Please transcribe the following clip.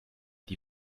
die